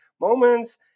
moments